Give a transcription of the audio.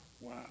Wow